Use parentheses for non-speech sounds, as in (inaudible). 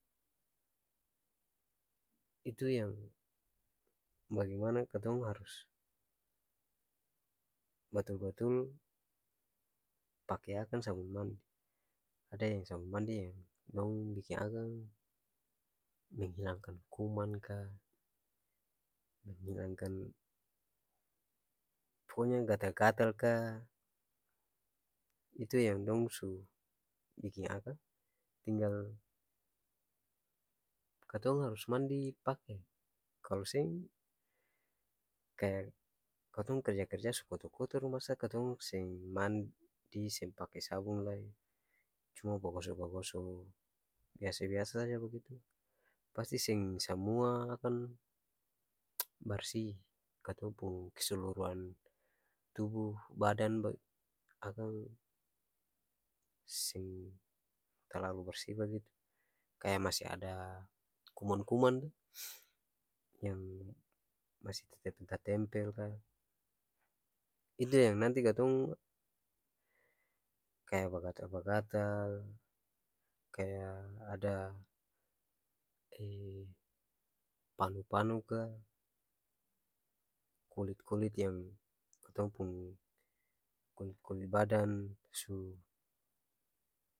Itu yang bagemana katong harus batul-batul pake akang sabun mandi ada yang sabun mandi yang dong biking akang menghilangkan kuman ka, menghilangkan poko nya yang gatal-gatal ka itu yang dong su biking akang tinggal katong harus pake kalo seng kaya katong kerja-kerja su kotor-kotor ni masa katong seng mandi seng pake sabun lai cuman bagoso-bagoso biasa-biasa saja bagitu pasti seng samua akan (noise) barsi katong pung keseluruhan tubuh badan ba akang seng talalu barsi bagitu kaya masi ada kuman-kuman to (noise) yang masi tatempel-tatempel ka itu yang nanti katong kaya bagatal-bagatal kaya ad (hesitation) panu-panu ka kulit-kulit yang katong pung kuli-kuli badan su.